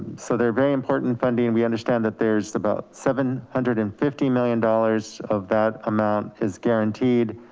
so they're very important funding. we understand that there's about seven hundred and fifty million dollars of that amount is guaranteed.